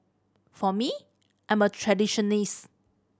for me I am a traditionalist